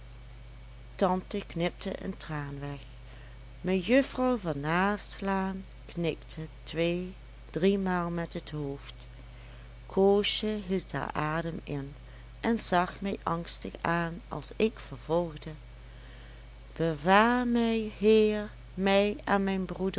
tante knipte een traan weg mejuffrouw van naslaan knikte tweedriemaal met het hoofd koosje hield haar adem in en zag mij angstig aan als ik vervolgde bewaar mij heer mij en mijn broedren